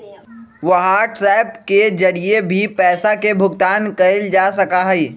WhatsApp के जरिए भी पैसा के भुगतान कइल जा सका हई